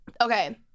Okay